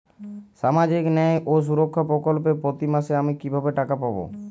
সামাজিক ন্যায় ও সুরক্ষা প্রকল্পে প্রতি মাসে আমি কিভাবে টাকা পাবো?